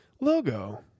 logo